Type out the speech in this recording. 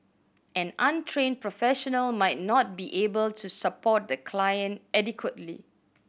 an untrained professional might not be able to support the client adequately